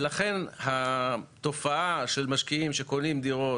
ולכן התופעה של משקיעים שקונים דירות